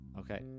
okay